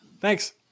Thanks